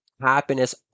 happiness